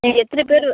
நீங்கள் எத்தன பேர்